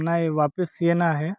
नाही वापस येणं आहे